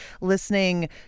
listening